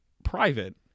private